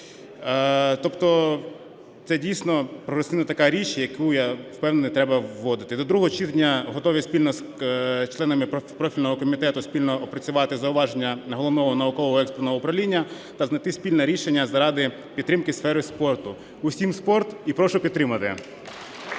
Тобто це дійсно прогресивна така річ, яку, я впевнений, треба вводити. До другого читання готовий спільно з членами профільного комітету опрацювати зауваження Головного науково-експертного управління та знайти спільне рішення заради підтримки сфери спорту. Усім – спорт! І прошу підтримати.